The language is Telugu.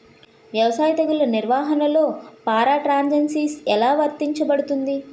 వ్యవసాయ తెగుళ్ల నిర్వహణలో పారాట్రాన్స్జెనిసిస్ఎ లా వర్తించబడుతుంది?